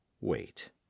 wait